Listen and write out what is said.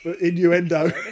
innuendo